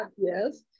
Yes